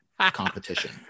competition